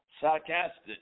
sarcastic